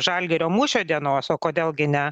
žalgirio mūšio dienos o kodėl gi ne